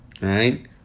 right